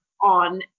on